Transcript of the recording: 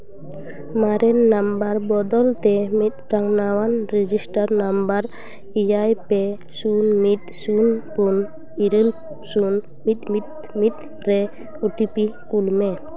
ᱢᱟᱨᱮᱱ ᱱᱟᱢᱵᱟᱨ ᱵᱚᱫᱚᱞ ᱛᱮ ᱢᱤᱫᱴᱟᱱ ᱱᱟᱣᱟᱱ ᱨᱮᱡᱤᱥᱴᱟᱨ ᱱᱟᱢᱵᱟᱨ ᱮᱭᱟᱭ ᱯᱮ ᱥᱩᱱ ᱢᱤᱫ ᱥᱩᱱ ᱯᱩᱱ ᱤᱨᱟᱹᱞ ᱥᱩᱱ ᱢᱤᱫ ᱢᱤᱫ ᱢᱤᱫ ᱜᱮ ᱳᱴᱤᱯᱤ ᱠᱩᱞ ᱢᱮ